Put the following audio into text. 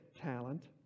talent